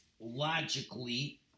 logically